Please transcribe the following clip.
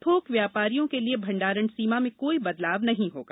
थोक व्यापारियों के लिए भंडारण सीमा में कोई बदलाव नहीं होगा